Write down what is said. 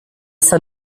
sta